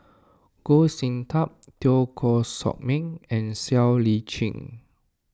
Goh Sin Tub Teo Koh Sock Miang and Siow Lee Chin